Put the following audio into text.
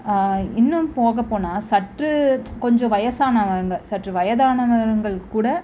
இன்னும் போகப் போனால் சற்று கொஞ்ச வயசானவங்க சற்று வயதானவங்கள் கூட